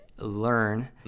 learn